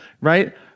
Right